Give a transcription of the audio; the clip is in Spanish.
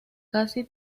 casi